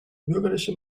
bürgerliche